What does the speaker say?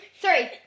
Three